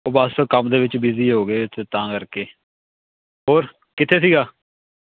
ਓਹ ਬਸ ਕੰਮ ਦੇ ਵਿੱਚ ਬਿਜ਼ੀ ਹੋ ਗਏ ਅਤੇ ਤਾਂ ਕਰਕੇ ਹੋਰ ਕਿੱਥੇ ਸੀਗਾ